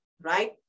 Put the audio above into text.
right